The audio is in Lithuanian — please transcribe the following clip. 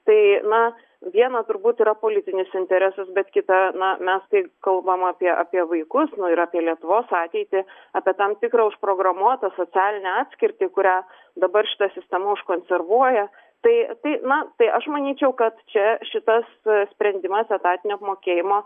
tai na viena turbūt yra politinis interesas bet kita na mes tai kalbam apie apie vaikus nu ir apie lietuvos ateitį apie tam tikrą užprogramuotą socialinę atskirtį kurią dabar šita sistema užkonservuoja tai tai na tai aš manyčiau kad čia šitas sprendimas etatinio apmokėjimo